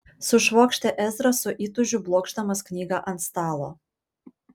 sušvokštė ezra su įtūžiu blokšdamas knygą ant stalo